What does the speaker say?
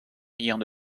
riant